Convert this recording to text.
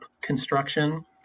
construction